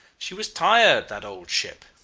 she was tired that old ship.